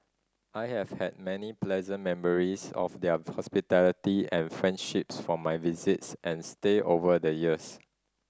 I have had many pleasant memories of their hospitality and friendships from my visits and stay over the years